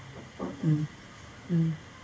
mm mm